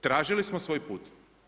Tražili smo svoj put.